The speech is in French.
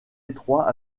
étroits